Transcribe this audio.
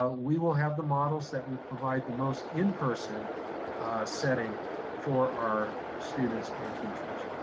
ah we will have the models that will provide the most in-person setting for our students and teachers.